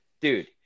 dude